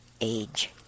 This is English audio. age